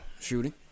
shooting